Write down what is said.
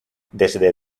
desde